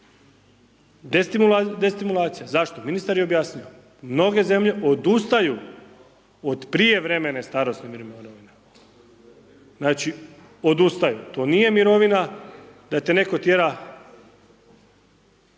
Destimulacija, zašto? Ministar je objasnio, mnoge zemlje odustaju od prijevremene starosne mirovine, znači odustaju, to nije mirovina da te netko tjera